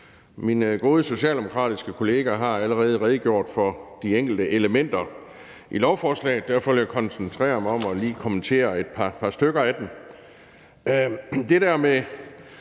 Mine gode socialdemokratiske kollega har allerede redegjort for de enkelte elementer i lovforslaget, og derfor vil jeg koncentrere mig om lige at kommentere et par stykker af dem.